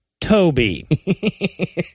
Toby